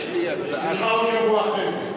יש לך עוד שבוע אחרי זה.